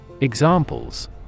Examples